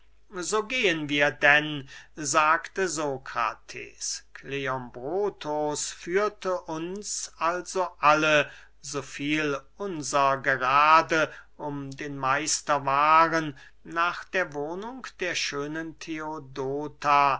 so gehen wir denn sagte sokrates kleombrotus führte uns also alle so viel unser gerade um den meister waren nach der wohnung der schönen theodota